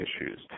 issues